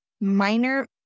minor